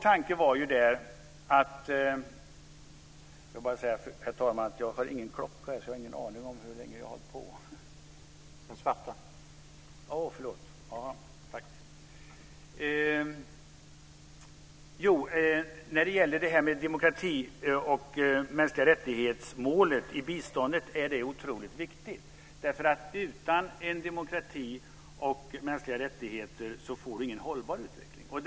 Demokrati och målet för mänskliga rättigheter i biståndet är otroligt viktigt. Utan en demokrati och mänskliga rättigheter får vi ingen hållbar utveckling.